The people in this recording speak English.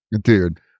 Dude